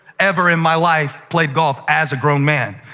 ever in my life played golf as a grown man,